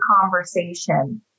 conversation